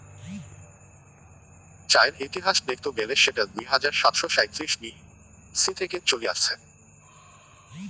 চায়ের ইতিহাস দেখত গেলে সেটা দুই হাজার সাতশ সাঁইত্রিশ বি.সি থেকে চলি আসছে